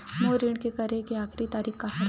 मोर ऋण के करे के आखिरी तारीक का हरे?